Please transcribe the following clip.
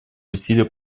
усилия